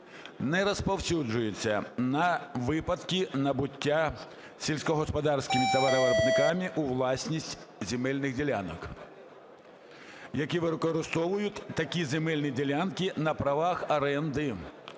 не розповсюджуються на випадки набуття сільськогосподарськими товаровиробниками у власність земельних ділянок, які використовують такі земельні ділянки на правах оренди,